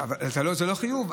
אבל זה לא חיוב.